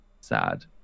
sad